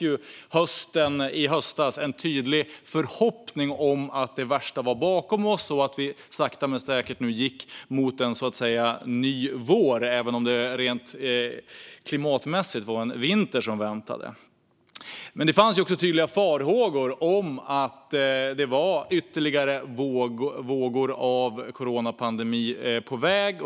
I höstas fanns ju en tydlig förhoppning om att det värsta låg bakom oss och att vi sakta men säkert gick mot en ny vår, även om det rent klimatmässigt var en vinter som väntade. Det fanns dock också tydliga farhågor om att ytterligare vågor av coronapandemin var på väg.